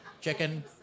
chicken